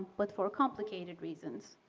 but for complicated reasons.